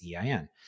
EIN